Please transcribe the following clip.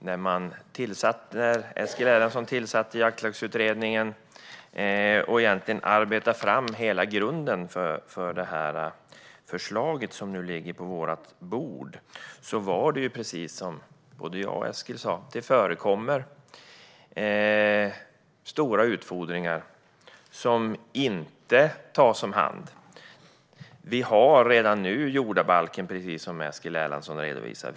När Eskil Erlandsson tillsatte Jaktlagsutredningen och egentligen arbetade fram hela grunden för det förslag som nu ligger på vårt bord var det precis som både jag och Eskil sa: Det förekommer stora utfodringar som inte tas om hand. Vi har redan nu jordabalken, precis som Eskil Erlandsson redovisade.